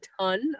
ton